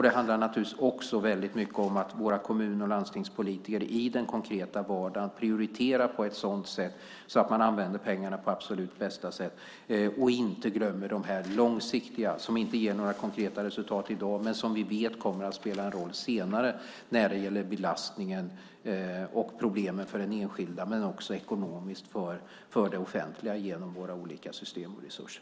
Det handlar naturligtvis också mycket om att våra kommun och landstingspolitiker i den konkreta vardagen prioriterar så att man använder pengarna på absolut bästa sätt. Man får inte glömma det långsiktiga, som inte ger några konkreta resultat i dag men som vi vet kommer att spela en roll senare när det gäller belastningen och problemen för den enskilde. Men det handlar också om ekonomisk påverkan på det offentliga genom våra olika system och resurser.